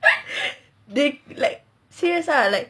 they like serious lah